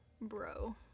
bro